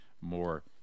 more